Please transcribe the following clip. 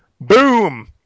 Boom